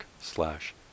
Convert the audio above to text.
slash